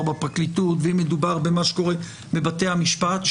בפרקליטות ואם מדובר במה שקורה בבתי המשפט,